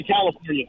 California